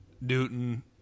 Newton